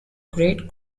great